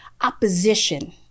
opposition